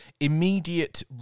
Immediate